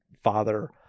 father